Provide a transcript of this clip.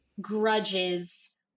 grudges